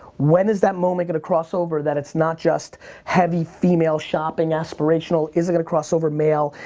when is that moment gonna cross over that it's not just heavy female shopping aspirational? is it gonna cross over male?